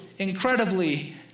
incredibly